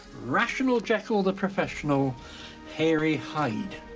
rational jekyll the professional hairy hyde.